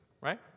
right